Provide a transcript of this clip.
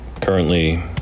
currently